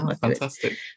fantastic